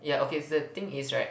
yeah okay the thing is right